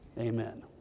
amen